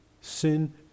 sin